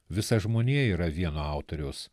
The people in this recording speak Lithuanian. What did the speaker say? visa žmonija yra vieno autoriaus